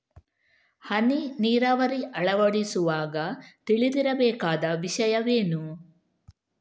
ಹನಿ ನೀರಾವರಿ ಅಳವಡಿಸುವಾಗ ತಿಳಿದಿರಬೇಕಾದ ವಿಷಯವೇನು?